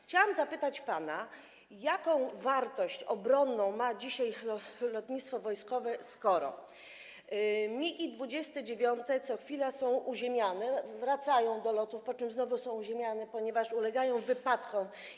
Chciałam pana zapytać, jaką wartość obronną ma dzisiaj lotnictwo wojskowe, skoro MiG-29 co chwila są uziemiane, wracają do lotów, po czym znowu są uziemiane, ponieważ ulegają wypadkom.